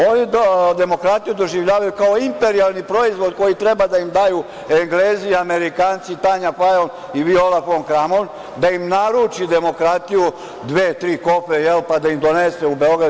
Oni demokratiju doživljavaju kao imperijalni proizvod koji treba da im daju Englezi, Amerikanci, Tanja Fajon i Viola fon Kramon, da im naruči demokratiju, dve, tri kofe, pa da im donese u Beograd.